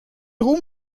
ruhm